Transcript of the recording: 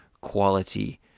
quality